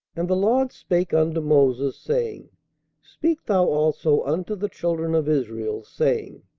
and the lord spake unto moses, saying speak thou also unto the children of israel, saying,